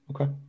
okay